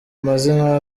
mazina